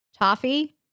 toffee